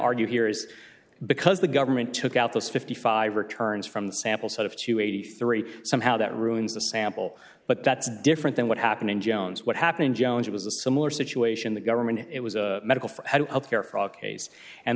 argue here is because the government took out those fifty five returns from the sample set of two hundred and eighty three somehow that ruins the sample but that's different than what happened in jones what happened in jones it was a similar situation the government it was a medical